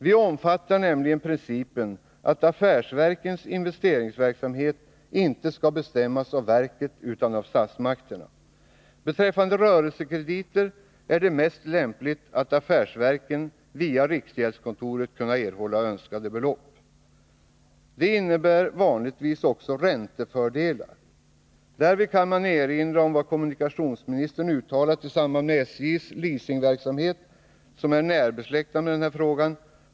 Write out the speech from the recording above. Vi omfattar nämligen principen att affärsverkens investeringsverksamhet inte skall bestämmas av verken, utan av statsmakterna. Beträffande rörelsekrediter är det lämpligast att affärsverken via riksgäldskontoret kan erhålla önskade belopp. Det innebär vanligtvis också räntefördelar. Därvid kan erinras om vad kommunikationsministern uttalar i samband med SJ:s leasingverksamhet i en fråga som är närbesläktad med den här.